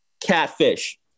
catfish